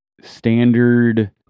standard